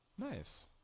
nice